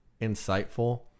insightful